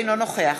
אינו נוכח